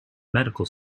medical